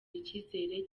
icyizere